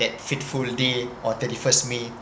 that fateful day on thirty first may